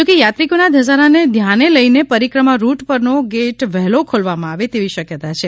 જોકે યાત્રિકોના ઘસારાને ધ્યાને લઈને પરિક્રમા રૂટ પરનો ગેટ વહેલો ખોલવામાં આવે તેવી શક્યતા છે